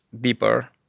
deeper